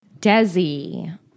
Desi